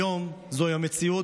היום זוהי המציאות,